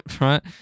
Right